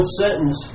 sentence